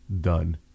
Done